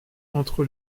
entre